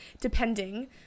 depending